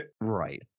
Right